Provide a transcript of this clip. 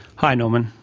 hi norman.